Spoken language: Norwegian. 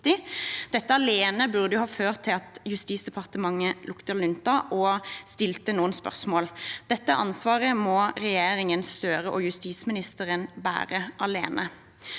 Dette alene burde ført til at Justisdepartementet luktet lunta og stilte noen spørsmål. Dette ansvaret må regjeringen Støre og justisministeren bære alene.